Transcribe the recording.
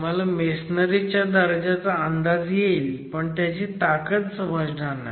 तुम्हाला मेसनरी च्या दर्जाचा अंदाज येईल पण त्याची ताकद समजणार नाही